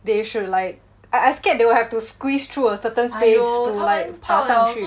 they should like I I scared they will have to squeeze through a certain space to like 爬上去